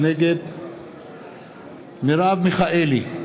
נגד מרב מיכאלי,